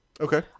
Okay